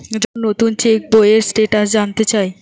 যখন নুতন চেক বইয়ের স্টেটাস জানতে চায়